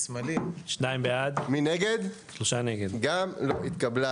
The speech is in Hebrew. הצבעה בעד, 2 נגד, 3 נמנעים, 0 הרביזיה לא התקבלה.